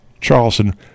Charleston